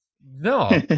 no